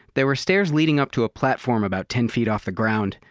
there were stairs leading up to a platform about ten feet off the ground.